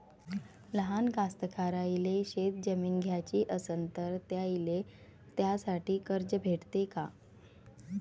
लहान कास्तकाराइले शेतजमीन घ्याची असन तर त्याईले त्यासाठी कर्ज भेटते का?